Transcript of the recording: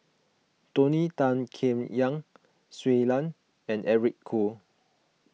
Tony Tan Keng Yam Shui Lan and Eric Khoo